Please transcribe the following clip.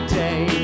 day